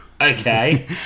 Okay